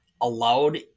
allowed